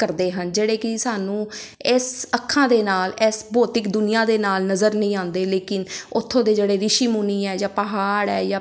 ਕਰਦੇ ਹਨ ਜਿਹੜੇ ਕਿ ਸਾਨੂੰ ਇਸ ਅੱਖਾਂ ਦੇ ਨਾਲ ਇਸ ਭੌਤਿਕ ਦੁਨੀਆ ਦੇ ਨਾਲ ਨਜ਼ਰ ਨਹੀਂ ਆਉਂਦੇ ਲੇਕਿਨ ਉੱਥੋਂ ਦੇ ਜਿਹੜੇ ਰਿਸ਼ੀ ਮੁਨੀ ਹੈ ਜਾਂ ਪਹਾੜ ਹੈ ਜਾਂ